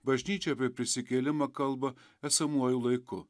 bažnyčia apie prisikėlimą kalba esamuoju laiku